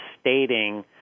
stating